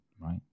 right